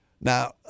now